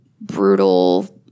brutal